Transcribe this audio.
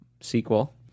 sequel